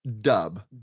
dub